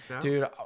Dude